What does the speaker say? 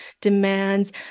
demands